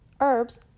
herbs